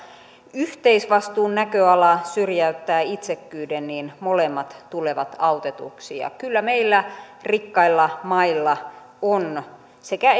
yhteisvastuun näköala syrjäyttää itsekkyyden niin molemmat tulevat autetuiksi ja kyllä meillä rikkailla mailla on sekä